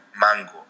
Mango